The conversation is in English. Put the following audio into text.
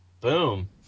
Boom